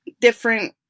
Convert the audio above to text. different